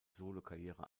solokarriere